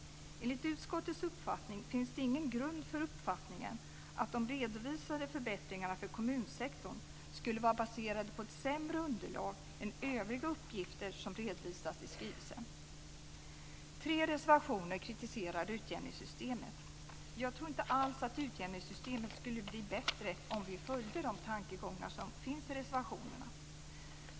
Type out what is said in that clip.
Enligt utskottets uppfattning finns det ingen grund för uppfattningen att de redovisade förbättringarna för kommunsektorn skulle vara baserade på ett sämre underlag än övriga uppgifter som redovisas i skrivelsen. I tre reservationer kritiserar man utjämningssystemet. Jag tror inte alls att utjämningssystemet skulle bli bättre om vi följde de tankegångar som finns i reservationerna.